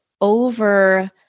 over